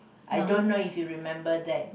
I don't know if you remember that